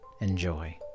Enjoy